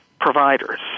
providers